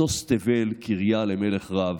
משוש תבל, קריית מלך רב.